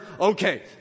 okay